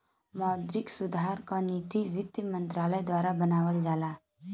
मौद्रिक सुधार क नीति वित्त मंत्रालय द्वारा बनावल जाला